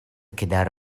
quedar